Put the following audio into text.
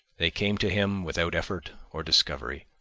they came to him without effort or discovery,